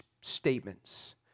statements